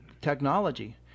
Technology